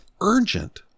urgent